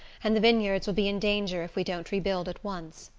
and the vineyards will be in danger if we don't rebuild at once.